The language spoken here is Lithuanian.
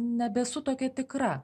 nebesu tokia tikra